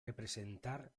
representar